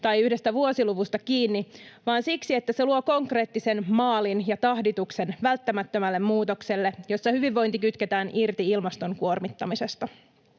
ja yhdestä vuosiluvusta kiinni, vaan siksi, että se luo konkreettisen maalin ja tahdituksen välttämättömälle muutokselle, jossa hyvinvointi kytketään irti ilmaston kuormittamisesta.